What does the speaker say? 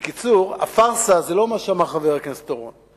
בקיצור, הפארסה זה לא מה שאמר חבר הכנסת אורון.